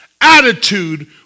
attitude